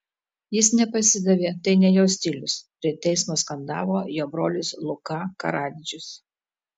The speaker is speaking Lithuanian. jis nepasidavė tai ne jo stilius prie teismo skandavo jo brolis luka karadžičius